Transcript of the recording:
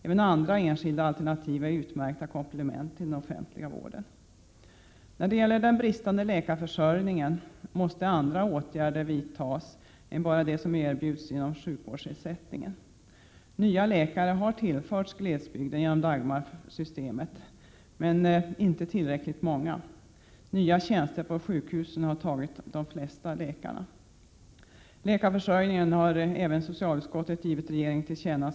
Även andra enskilda alternativ är utmärkta komplement till den offentliga vården. När det gäller den bristande läkarförsörjningen måste andra åtgärder vidtas än enbart de som erbjuds genom sjukvårdsersättningen. Nya läkare har tillförts glesbygden genom Dagmarsystemet, men inte tillräckligt många. Nya tjänster på sjukhusen har tagit de flesta läkarna. Detta har även socialutskottet givit regeringen till känna.